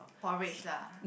porridge lah